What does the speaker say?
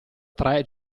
tre